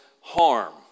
harm